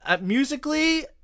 Musically